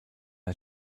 her